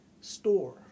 store